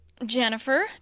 Jennifer